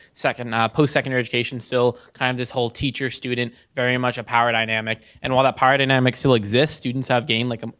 ah post secondary education, still kind of this whole teacher, student, very much a power dynamic, and while that power dynamic still exists, students have gained like, um